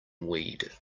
weed